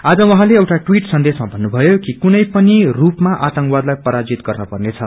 आज उहाँले एउटा टवीट सन्देशमा भन्नुभयो कि कुनै पनि रूपामा आतंकवादलाई पराजित गर्न पर्नेछ